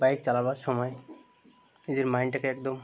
bike চালাবার সময় নিজের মাইন্ডটাকে একদম